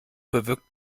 bewirkt